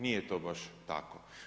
Nije to baš tako.